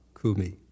kumi